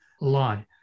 lie